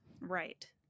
right